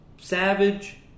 Savage